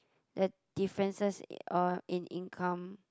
at differences in all in income